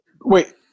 Wait